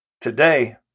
Today